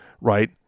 right